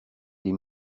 des